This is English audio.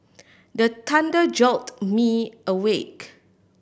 the thunder jolt me awake